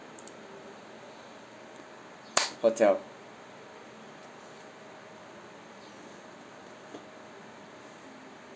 hotel